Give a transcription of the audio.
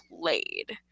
played